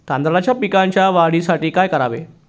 तांदळाच्या पिकाच्या वाढीसाठी काय करावे?